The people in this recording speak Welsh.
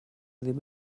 ddim